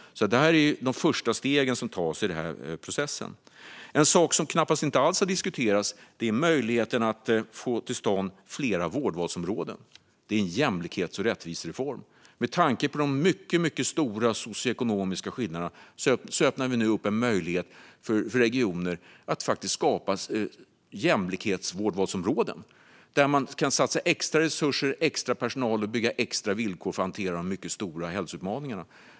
Det här är de första stegen som tas i den här processen. En sak som knappast alls har diskuterats är möjligheten att få flera vårdvalsområden till stånd. Det är en jämlikhets och rättvisereform. Men tanke på de mycket stora socioekonomiska skillnaderna öppnar vi nu upp en möjlighet för regioner att faktiskt skapa jämlikhetsvårdvalsområden där man kan satsa extra resurser, ha extra personal och skapa särskilda villkor för att hantera de mycket stora hälsoutmaningarna.